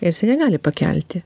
ir jisai negali pakelti